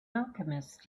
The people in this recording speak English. alchemist